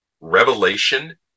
Revelation